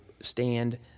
stand